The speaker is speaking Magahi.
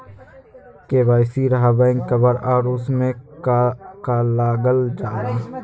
के.वाई.सी रहा बैक कवर और उसमें का का लागल जाला?